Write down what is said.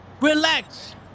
Relax